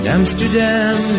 Amsterdam